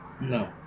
No